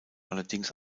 allerdings